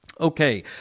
Okay